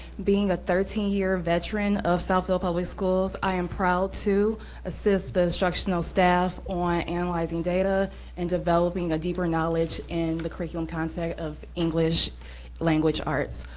being a thirteen year veteran of southfield public schools, schools, i am proud to assist the instructional staff on analyzing data and developing a deeper knowledge in the curriculum content of english language arts.